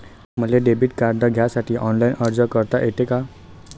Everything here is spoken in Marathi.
मले डेबिट कार्ड घ्यासाठी ऑनलाईन अर्ज करता येते का?